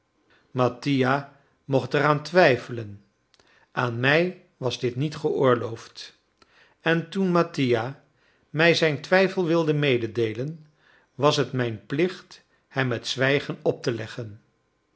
mattia mocht eraan twijfelen aan mij was dit niet geoorloofd en toen mattia mij zijn twijfel wilde mededeelen was het mijn plicht hem het zwijgen op te leggen